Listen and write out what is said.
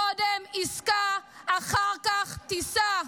קודם עסקה, אחר כך תיסע.